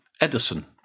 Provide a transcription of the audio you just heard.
Edison